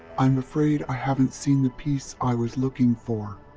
i'm afraid i haven't seen the piece i was looking for.